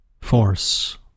force